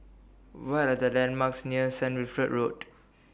What Are The landmarks near Saint Wilfred Road